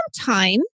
time